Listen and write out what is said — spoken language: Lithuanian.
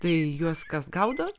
tai juos kas gaudo